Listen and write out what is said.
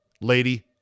lady